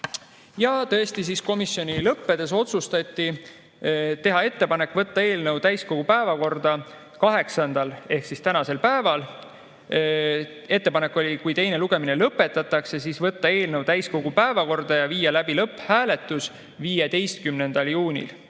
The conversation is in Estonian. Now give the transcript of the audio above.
aega. Komisjoni istungi lõppedes otsustati teha ettepanek võtta eelnõu täiskogu päevakorda 8. juunil ehk siis tänasel päeval. Ettepanek oli, et kui teine lugemine lõpetatakse, siis võtta eelnõu täiskogu päevakorda ja viia läbi lõpphääletus 15. juunil.